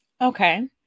Okay